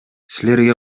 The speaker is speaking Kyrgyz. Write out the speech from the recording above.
силерге